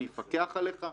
אני אפקח עליך,